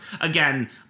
Again